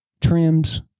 trims